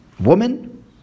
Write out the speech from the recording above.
Woman